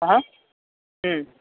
হাঁ